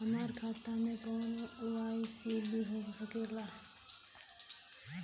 हमार खाता में के.वाइ.सी हो सकेला?